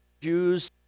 Jews